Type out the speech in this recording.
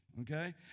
okay